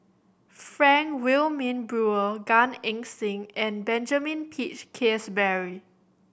Frank Wilmin Brewer Gan Eng Seng and Benjamin Peach Keasberry